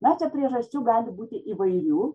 na čia priežasčių gali būti įvairių